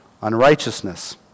unrighteousness